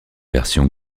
versions